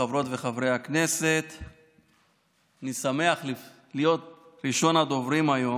חבר הכנסת סמי אבו שחאדה, ראשון הדוברים.